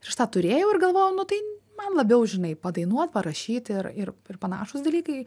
ir šitą turėjau ir galvojau nu tai man labiau žinai padainuot parašyti ir ir ir panašūs dalykai